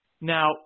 Now